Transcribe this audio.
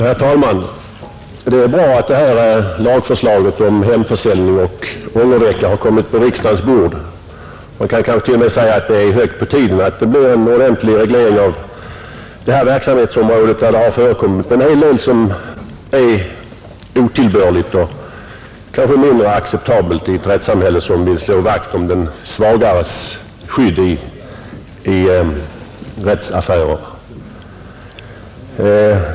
Herr talman! Det är bra att detta lagförslag om hemförsäljning och ångervecka har kommit på riksdagens bord. Man kanske t.o.m. kan säga att det är högt på tiden att det blir en ordentlig reglering av detta verksamhetsområde där det har förekommit en hel del som är otillbörligt och som därför är mindre acceptabelt i ett rättssamhälle som vill slå vakt om den svagares skydd i rättsaffärer.